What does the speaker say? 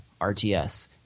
RTS